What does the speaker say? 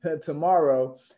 Tomorrow